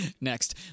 Next